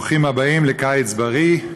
ברוכים הבאים לקיץ בריא.